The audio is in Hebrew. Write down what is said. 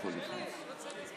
להעביר לוועדה את חוק-יסוד: